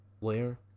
layer